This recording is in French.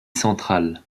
centrale